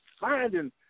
finding